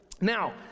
Now